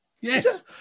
yes